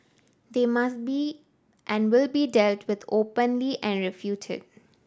they must be and will be dealt with openly and refuted